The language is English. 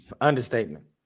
Understatement